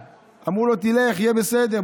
אמרו לו: תלך, יהיה בסדר.